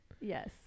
Yes